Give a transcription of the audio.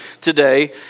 today